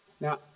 Now